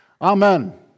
Amen